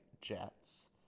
Jets